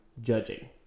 judging